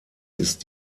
ist